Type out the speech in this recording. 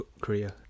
Korea